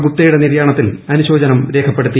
ഗുപ്തയുടെ ്നിര്യാണത്തിൽ അനുശോചനം രേഖപ്പെടുത്തി